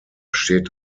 steht